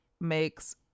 Makes